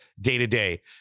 day-to-day